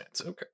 okay